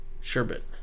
Sherbet